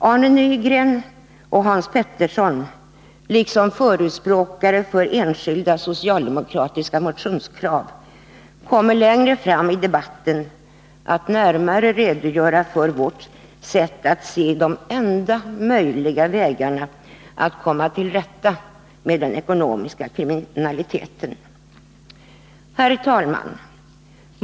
Arne Nygren och Hans Pettersson, liksom förespråkare för enskilda socialdemokratiska motionskrav, kommer längre fram i debatten att närmare redogöra för vad vi anser vara de enda möjliga vägarna att komma till rätta med den ekonomiska kriminaliteten. Herr talman!